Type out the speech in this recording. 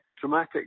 dramatic